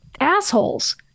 assholes